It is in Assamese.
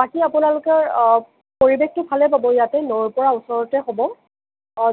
বাকী আপোনালোকৰ পৰিৱেশটো ভালেই পাব ইয়াতে নৈৰ পৰা ওচৰতে হ'ব